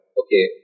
okay